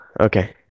okay